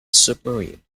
submarine